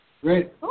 great